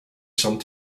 some